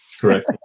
Correct